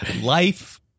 Life